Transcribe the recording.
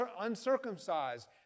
uncircumcised